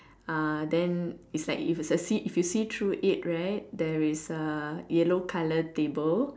uh then is like if you succeed if you see through it right there is a yellow colour table